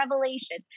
revelation